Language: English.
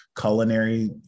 culinary